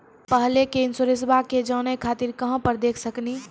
पहले के इंश्योरेंसबा के जाने खातिर कहां पर देख सकनी?